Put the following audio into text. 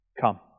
Come